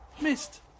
missed